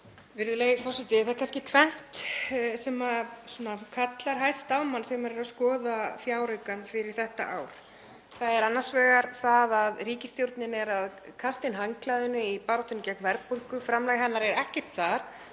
Virðulegi forseti. Það er kannski tvennt sem kallar hæst á mann þegar maður er að skoða fjáraukann fyrir þetta ár. Það er annars vegar það að ríkisstjórnin er að kasta inn handklæðinu í baráttunni gegn verðbólgu, framlag hennar er ekkert þar.